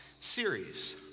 series